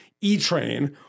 e-train